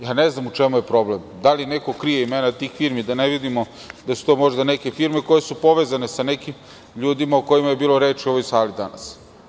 Ja ne znam u čemu je problem, da li neko krije imena tih firmi, da ne vidimo da su to možda neke firme koje su povezane sa nekim ljudima o kojima je bilo reči u ovoj sali danas.